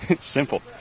Simple